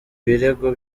birego